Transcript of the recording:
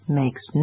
makes